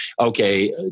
okay